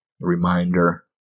reminder